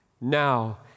now